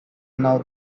now